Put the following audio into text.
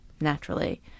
naturally